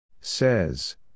Says